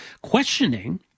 questioning